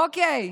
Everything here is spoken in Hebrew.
אוקיי,